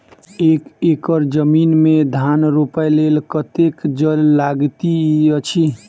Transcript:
एक एकड़ जमीन मे धान रोपय लेल कतेक जल लागति अछि?